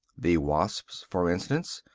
the wasps, for instance,